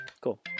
Cool